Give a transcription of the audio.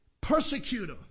Persecutor